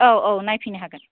औ औ नायफैनो हागोन